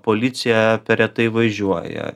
policija per retai važiuoja